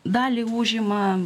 dalį užima